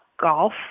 golf